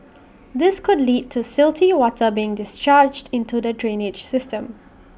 this could lead to silty water being discharged into the drainage system